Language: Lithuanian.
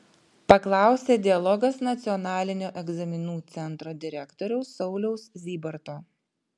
paklausė dialogas nacionalinio egzaminų centro direktoriaus sauliaus zybarto